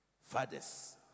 fathers